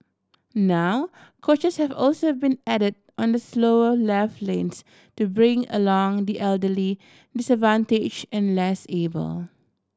now coaches have also been added on the slower left lanes to bring along the elderly disadvantage and less able